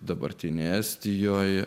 dabartinėje estijoje